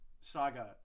saga